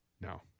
No